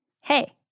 Hey